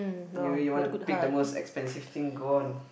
you you want to pick the most expensive thing go on